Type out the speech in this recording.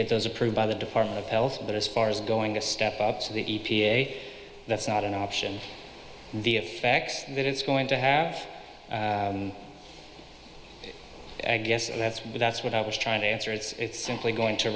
get those approved by the department of health but as far as going a step up to the e p a that's not an option the effects that it's going to have i guess and that's what that's what i was trying to answer it's simply going to